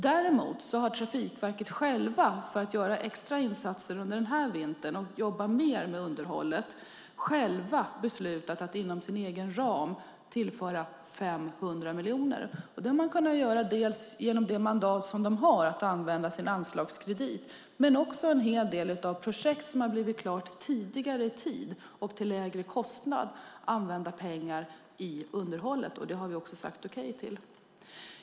Däremot har Trafikverket självt, för att göra extra insatser under den här vintern och jobba mer med underhållet, beslutat att inom sin egen ram tillföra 500 miljoner. Det har man kunnat göra dels genom det mandat verket har att använda sin anslagskredit, dels genom att en hel del projekt har blivit klara tidigare och till en lägre kostnad. På så sätt har man kunnat använda pengar i underhållet, vilket vi också har sagt okej till.